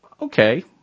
Okay